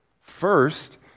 First